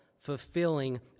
fulfilling